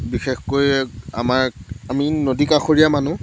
বিশেষকৈ আমাক আমি নদী কাষৰীয়া মানুহ